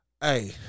hey